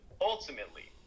ultimately